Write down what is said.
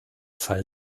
fall